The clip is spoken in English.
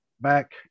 back